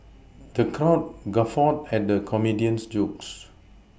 the count guffawed at the comedian's jokes